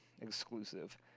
exclusive